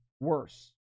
Worse